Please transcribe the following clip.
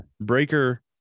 Breaker